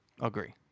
agree